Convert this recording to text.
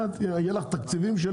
יהיו לך תקציבים תאמיני לי,